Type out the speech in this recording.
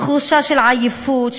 תחושה של עייפות,